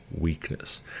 weakness